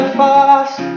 fast